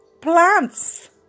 plants